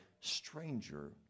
stranger